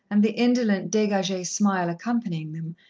and the indolent, degagee smile accompanying them,